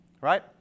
right